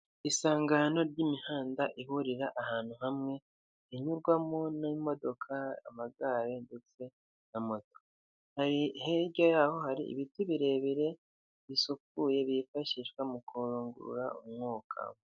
Isangano ry'imihanda ihurira ahantu hamwe inyurwamo n'imodoka, amagare ndetse na moto, hirya yaho hari ibiti birebire bisukuye bifashishwa mu kuyungururara umwuka.